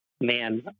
man